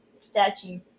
statue